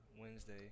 Wednesday